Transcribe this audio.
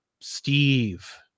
Steve